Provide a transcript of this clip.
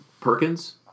Perkins